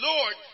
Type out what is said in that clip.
Lord